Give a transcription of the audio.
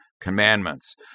Commandments